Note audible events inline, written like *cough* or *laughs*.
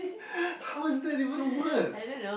*laughs* how is that even worst